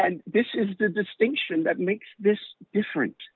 and this is the distinction that makes this different